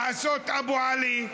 לעשות אבו עלי,